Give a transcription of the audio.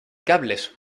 cables